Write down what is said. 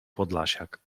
podlasiak